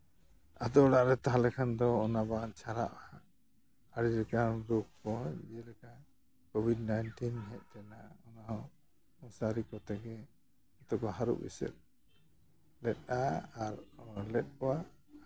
ᱟᱛᱳ ᱚᱲᱟᱜ ᱨᱮ ᱛᱟᱦᱚᱞᱮ ᱠᱷᱟᱱ ᱫᱚ ᱚᱱᱟ ᱵᱟᱝ ᱪᱷᱟᱨᱟᱜᱼᱟ ᱟᱹᱰᱤ ᱞᱮᱠᱟᱱ ᱨᱳᱜᱽ ᱠᱚ ᱡᱮᱞᱮᱠᱟ ᱠᱳᱵᱷᱤᱰ ᱱᱟᱭᱤᱱᱴᱤᱱ ᱦᱮᱡᱽ ᱞᱮᱱᱟ ᱚᱱᱟ ᱦᱚᱸ ᱢᱚᱥᱟᱨᱤ ᱠᱚ ᱛᱮᱜᱮ ᱡᱚᱛᱚ ᱠᱚ ᱦᱟᱹᱨᱩᱵ ᱮᱥᱮᱫ ᱞᱮᱜᱼᱟ ᱟᱨ ᱞᱮᱜ ᱠᱚᱣᱟ